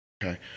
Okay